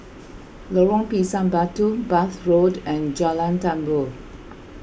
Lorong Pisang Batu Bath Road and Jalan Tambur